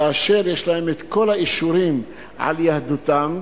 כאשר יש להם כל האישורים על יהדותם,